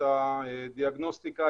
את הדיאגנוסטיקה,